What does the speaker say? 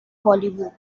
bollywood